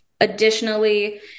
Additionally